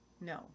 No